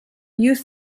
youth